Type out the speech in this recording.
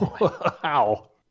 wow